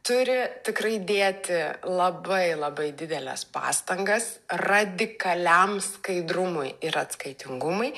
turi tikrai dėti labai labai dideles pastangas radikaliam skaidrumui ir atskaitingumui